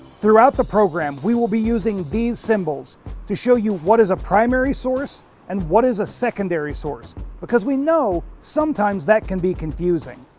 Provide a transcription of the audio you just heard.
throughout the program, we will be using these symbols to show you what is a primary source and what is a secondary source because we know sometimes that can be confusing.